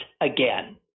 again